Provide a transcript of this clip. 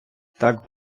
так